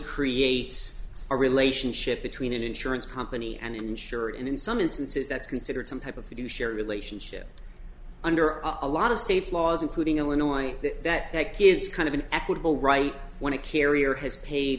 creates a relationship between an insurance company and insurance and in some instances that's considered some type of you do share relationship under a lot of states laws including illinois that gives kind of an equitable right when a carrier has paid